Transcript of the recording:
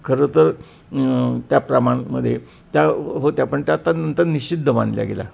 खरं तर त्या प्रमाणमध्ये त्या होत्या पण त्या त्या नंतर निषिद्ध मानल्या गेला